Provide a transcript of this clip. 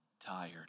tired